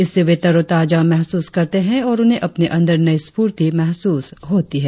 इससे वे तरोताजा महसूस करते हैं और उन्हें अपने अंदर नयी स्फूर्ति महसूस होती है